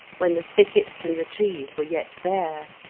when the thickets and the trees were yet bare.